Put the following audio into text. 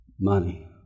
money